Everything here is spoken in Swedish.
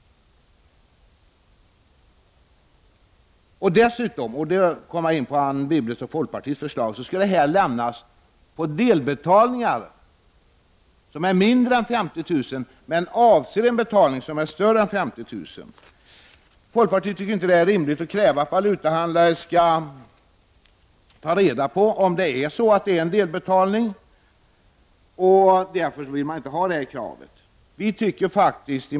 Dessutom skall kontrolluppgifter lämnas om mindre betalningar, om dessa är delbetalningar av en summa som är större än 50 000 kr. Folkpartiet tycker inte att det är rimligt att kräva att valutahandlare skall ta reda på om det är fråga om en delbetalning och vill därför inte att detta krav skall ställas.